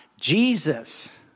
Jesus